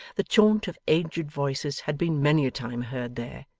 the chaunt of aged voices had been many a time heard there,